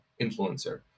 influencer